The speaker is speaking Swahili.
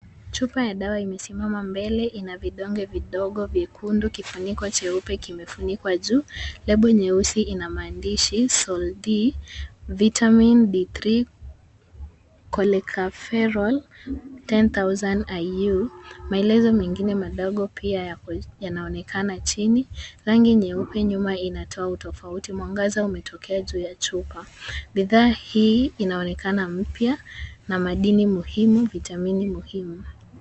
Chupa ya dawa imesimama mbele ina vidonge vidogo vyekundu. Kifuniko cheupe kimefunikwa juu, lebo nyeusi ina maandishi Sol-D, Vitamin D3, Cholecalciferol 10000IU . Maelezo mengine madogo pia yanaonekana chini, rangi nyeupe nyuma inatoa utofauti. Mwangaza umetokea juu ya chupa. Bidhaa hii inaonekana mpya na madini muhimu, vitamini muhimu.